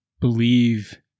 believe